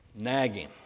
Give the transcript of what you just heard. nagging